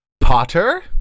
Potter